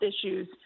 issues